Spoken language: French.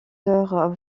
heures